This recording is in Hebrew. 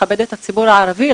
לכבד את הציבור הערבי,